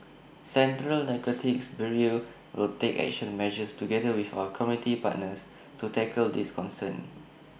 central narcotics bureau will take action measures together with our community partners to tackle this concern